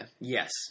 Yes